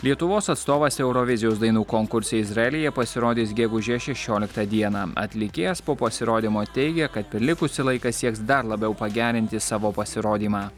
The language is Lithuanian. lietuvos atstovas eurovizijos dainų konkurse izraelyje pasirodys gegužės šešioliktą dieną atlikėjas po pasirodymo teigė kad per likusį laiką sieks dar labiau pagerinti savo pasirodymą